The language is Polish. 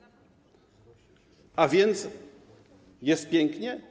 A więc jest pięknie?